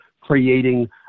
creating